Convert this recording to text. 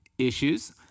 issues